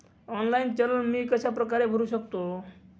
Online चलन मी कशाप्रकारे भरु शकतो?